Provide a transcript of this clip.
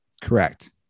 correct